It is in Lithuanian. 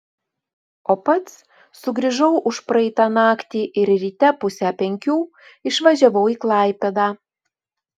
o pats sugrįžau užpraeitą naktį ir ryte pusę penkių išvažiavau į klaipėdą